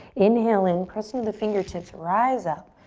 inhale in, press into the fingertips, rise up.